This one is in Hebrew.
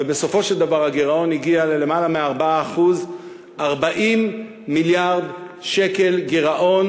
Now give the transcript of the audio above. ובסופו של דבר הגירעון הגיע ללמעלה מ-4% 40 מיליארד שקל גירעון,